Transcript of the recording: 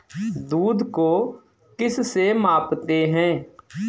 दूध को किस से मापते हैं?